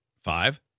Five